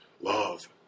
love